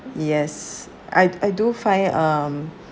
yes I I do find um